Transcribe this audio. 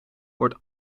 wordt